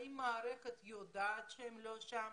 האם המערכת יודעת שהם לא שם?